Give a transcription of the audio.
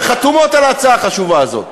שחתומות על ההצעה החשובה הזאת,